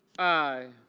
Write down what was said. i.